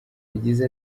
yagize